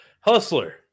Hustler